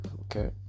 okay